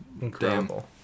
Incredible